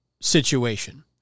situation